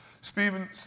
Steven